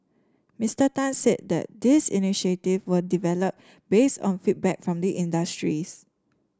Mister Tan said these initiative were developed based on feedback from the industries